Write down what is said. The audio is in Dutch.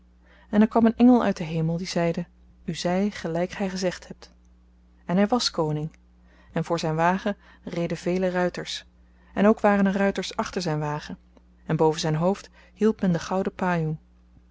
en er kwam een engel uit den hemel die zeide u zy gelyk gy gezegd hebt en hy wàs koning en voor zyn wagen reden vele ruiters en ook waren er ruiters achter zyn wagen en boven zyn hoofd hield men den gouden